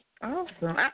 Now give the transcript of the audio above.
Awesome